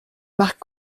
marques